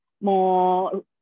more